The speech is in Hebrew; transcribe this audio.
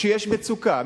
שיש בו מצוקה,